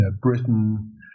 Britain